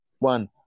One